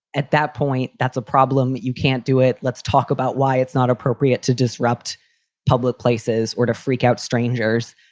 at that point that's a problem that you can't do it. let's talk about why it's not appropriate to disrupt public places or to freak out strangers.